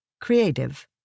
creative